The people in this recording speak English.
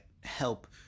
help